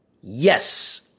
Yes